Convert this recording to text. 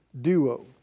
duo